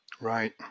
Right